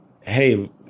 hey